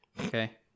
Okay